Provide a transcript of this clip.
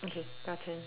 okay your turn